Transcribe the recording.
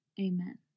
Amen